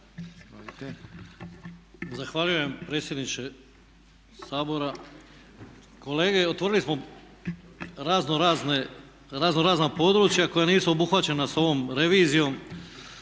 Zahvaljujem predsjedniče Sabora. Kolege otvorili smo razno razna područja koja nisu obuhvaćena sa ovom revizijom.